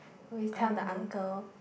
will tell the uncle